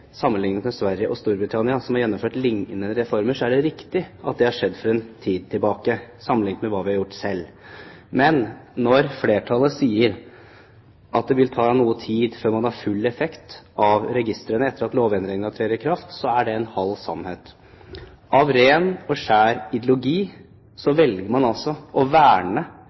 med Sverige og Storbritannia, som har gjennomført lignende reformer, er det riktig at det har skjedd for en tid tilbake – sammenlignet med hva vi har gjort selv. Men når flertallet sier at det vil ta noe tid før man har full effekt av registrene etter at lovendringene trer i kraft, er det en halv sannhet. Av ren og skjær ideologi velger man altså å verne